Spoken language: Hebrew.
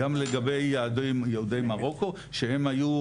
גם לגבי יהודי מרוקו שהם היו,